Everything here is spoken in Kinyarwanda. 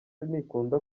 ntikunda